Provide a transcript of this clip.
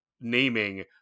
naming